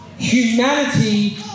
Humanity